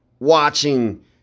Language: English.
Watching